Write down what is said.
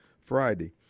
Friday